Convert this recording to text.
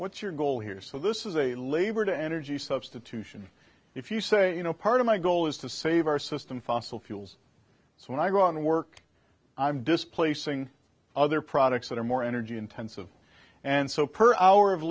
what's your goal here so this is a labor to energy substitution if you say you know part of my goal is to save our system fossil fuels so when i go on the work i'm displacing other products that are more energy intensive and so per hour of